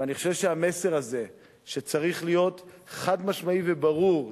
ואני חושב שהמסר הזה צריך להיות חד-משמעי וברור,